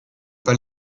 pas